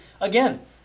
Again